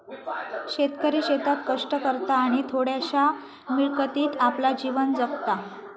शेतकरी शेतात कष्ट करता आणि थोड्याशा मिळकतीत आपला जीवन जगता